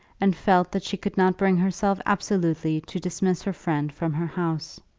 and felt that she could not bring herself absolutely to dismiss her friend from her house.